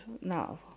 now